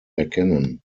erkennen